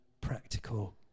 practical